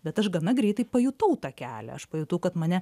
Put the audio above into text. bet aš gana greitai pajutau tą kelią aš pajutau kad mane